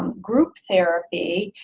um group therapy,